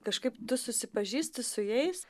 kažkaip tu susipažįsti su jais